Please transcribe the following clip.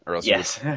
Yes